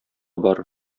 бар